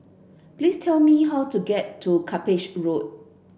please tell me how to get to Cuppage Road